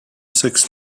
six